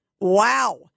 Wow